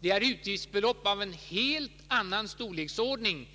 De fria och ideella rörelserna har utgifter av en helt annan storleksordning